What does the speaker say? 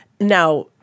Now